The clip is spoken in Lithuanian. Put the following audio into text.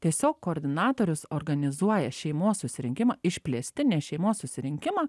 tiesiog koordinatorius organizuoja šeimos susirinkimą išplėstinės šeimos susirinkimą